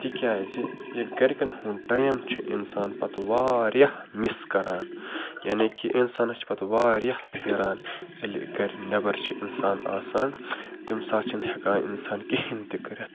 تِکیٛازِ یہِ گَرِکٮ۪ن ہُنٛد ٹایِم چھُ اِنسان پَتہٕ واریاہ مِس کَران یعنی کہِ اِنسانَس چھِ پَتہٕ واریاہ پھیران ییٚلہِ گَرِ نٮ۪بَر چھِ اِنسان آسان تَمہِ ساتہٕ چھِنہٕ ہٮ۪کان اِنسان کِہیٖنۍ تہِ کٔرِتھ